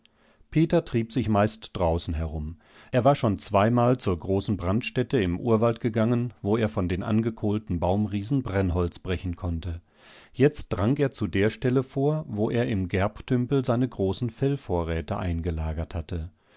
peter trieb sich meist draußen herum er war schon zweimal zur großen brandstätte im urwald gegangen wo er von den angekohlten baumriesen brennholz brechen konnte jetzt drang er zu der stelle vor wo er im gerbtümpel seine großen fellvorräte eingelagert hatte